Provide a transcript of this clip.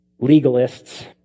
legalists